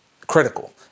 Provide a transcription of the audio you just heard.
critical